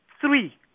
three